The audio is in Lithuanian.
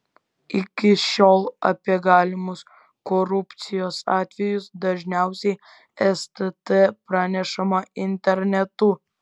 iki šiol apie galimus korupcijos atvejus dažniausiai stt pranešama internetu